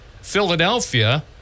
Philadelphia